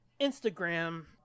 Instagram